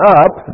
up